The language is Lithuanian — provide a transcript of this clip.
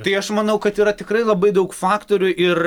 tai aš manau kad yra tikrai labai daug faktorių ir